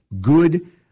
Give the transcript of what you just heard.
good